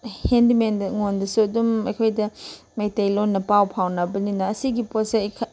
ꯍꯦꯟꯗꯜꯃꯦꯟꯗꯉꯣꯟꯗꯁꯨ ꯑꯗꯨꯝ ꯑꯩꯈꯣꯏꯗ ꯃꯩꯇꯩꯂꯣꯟꯗ ꯄꯥꯎ ꯐꯥꯎꯅꯕꯅꯤꯅ ꯑꯁꯤꯒꯤ ꯄꯣꯠꯁꯦ ꯑꯩ